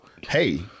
hey